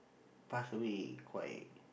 passed away quite